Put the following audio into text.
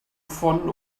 von